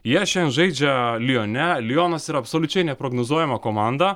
jie žaidžia lione lionas ir absoliučiai neprognozuojama komanda